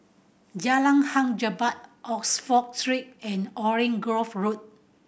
Jalan Hang Jebat Oxford Street and Orange Grove Road